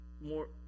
more